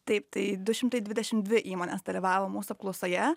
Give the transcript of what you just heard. taip tai du šimtai dvidešimt dvi įmonės dalyvavo mūsų apklausoje